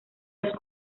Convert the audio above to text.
los